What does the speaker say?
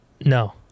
no